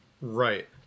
Right